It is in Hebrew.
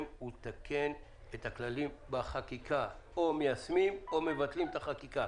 ולתקן את הכללים בחקיקה או מיישמים או מבטלים את החקיקה.